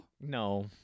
No